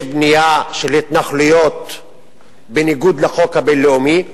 יש בנייה של התנחלויות בניגוד לחוק הבין-לאומי.